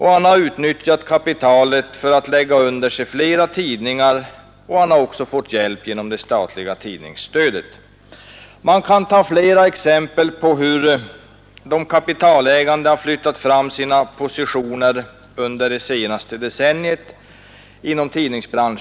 Han har utnyttjat kapitalet till att lägga under sig flera tidningar, och han har fått hjälp genom det statliga tidningsstödet. Man kan ta flera exempel på hur de kapitalägande har flyttat fram sina positioner inom tidningsbranschen under de senaste decennierna.